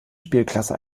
spielklasse